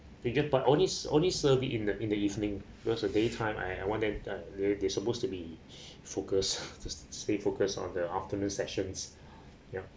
fin~ part only only served in the in the evening because uh daytime I I want they they supposed to be focused to stay focused on the afternoon sessions yup